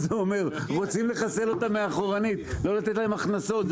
רוצים לחסל אותם מאחורנית, לא לתת להם הכנסות.